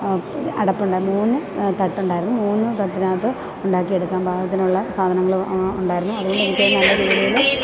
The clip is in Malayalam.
അടപ്പുണ്ട് മൂന്നു തട്ടുണ്ടായിരുന്നു മൂന്നു തട്ടിനകത്ത് ഉണ്ടാക്കിയെടുക്കാൻ പാകത്തിനുള്ള സാധനങ്ങള് ഉണ്ടായിരുന്നു അതുകൊണ്ടു നല്ല രീതിയില്